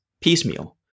piecemeal